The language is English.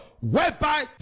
whereby